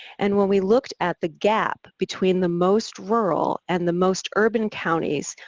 and when we looked at the gap between the most rural and the most urban counties,